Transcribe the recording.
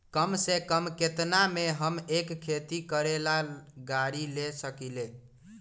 कम से कम केतना में हम एक खेती करेला गाड़ी ले सकींले?